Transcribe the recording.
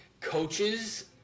coaches